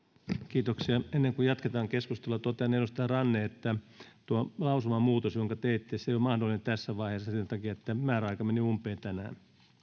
kiitoksia ennen kuin jatketaan keskustelua totean edustaja ranne että tuo lausumamuutos jonka teitte ei ole mahdollinen tässä vaiheessa sen takia että määräaika meni umpeen tänään